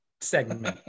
segment